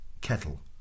Kettle